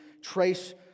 trace